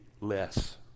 less